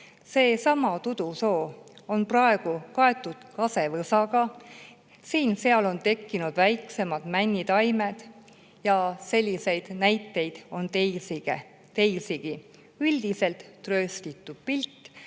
Seesama Tudusoo on praegu kaetud kasevõsaga, siin-seal on tekkinud väiksemad männitaimed. Selliseid näiteid on teisigi. Üldiselt trööstitu pilt